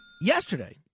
yesterday